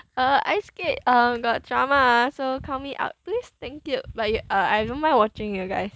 uh ice skate uh got drama ah so count me out please thank you but you uh I don't mind watching you guys